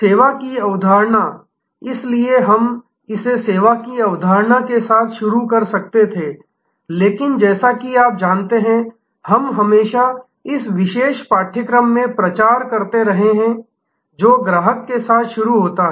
सेवा की अवधारणा इसलिए हम इसे सेवा अवधारणा के साथ शुरू कर सकते थे लेकिन जैसा कि आप जानते हैं हम हमेशा इस विशेष पाठ्यक्रम में प्रचार करते रहे हैं जो ग्राहक के साथ शुरू होता है